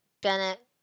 Bennett